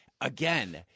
again